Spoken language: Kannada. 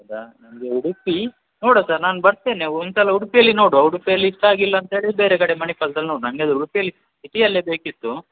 ಹೌದಾ ನಂಗೆ ಉಡುಪಿ ನೋಡುವ ಸರ್ ನಾನು ಬರ್ತೇನೆ ಒಂದ್ಸಲ ಉಡುಪಿಯಲ್ಲಿ ನೋಡುವ ಉಡುಪಿಯಲ್ಲಿ ಇಷ್ಟ ಆಗಿಲ್ಲ ಅಂತೇಳಿದ್ರ್ ಬೇರೆ ಕಡೆ ಮಣಿಪಾಲದಲ್ ನೋಡೋಣ ನಂಗೆ ಅದು ಉಡುಪಿಯಲ್ಲಿ ಸಿಟಿಯಲ್ಲೇ ಬೇಕಿತ್ತು